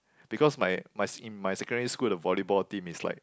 because my my in my secondary school the volleyball team is like